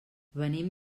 venim